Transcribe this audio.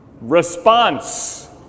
response